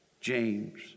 James